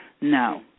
No